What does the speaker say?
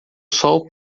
sol